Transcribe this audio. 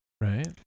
Right